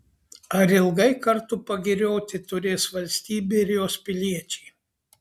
ar ilgai kartu pagirioti turės valstybė ir jos piliečiai